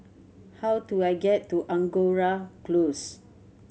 how do I get to Angora Close